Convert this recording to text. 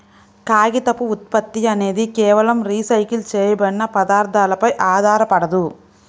కాగితపు ఉత్పత్తి అనేది కేవలం రీసైకిల్ చేయబడిన పదార్థాలపై ఆధారపడదు